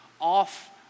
off